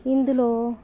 ఇందులో